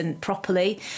properly